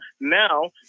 Now